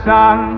sun